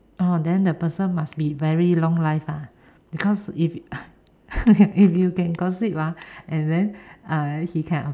orh then the person must be very long life ah because if you can gossip ah and then he can